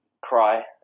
cry